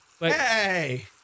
Hey